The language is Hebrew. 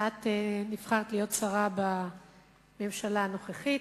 שנבחרת להיות שרה בממשלה הנוכחית.